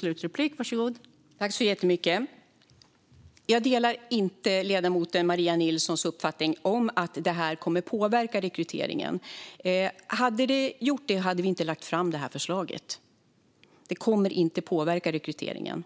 Fru talman! Jag delar inte ledamoten Maria Nilssons uppfattning att detta kommer att påverka rekryteringen. Hade det gjort det hade vi inte lagt fram förslaget. Det kommer inte att påverka rekryteringen,